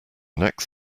next